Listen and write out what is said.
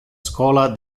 schola